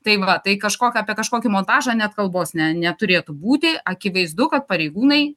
tai va tai kažkokia apie kažkokį montažą net kalbos ne neturėtų būti akivaizdu kad pareigūnai